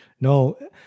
no